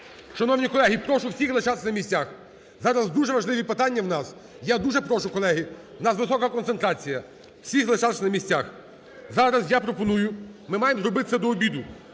Шановні колеги, прошу всіх лишатись на місцях. Зараз дуже важливі питання у нас. Я дуже прошу, колеги, у нас висока концентрація, всіх лишатись на місцях. Зараз я пропоную, ми маємо зробити це до обіду,